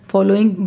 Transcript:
Following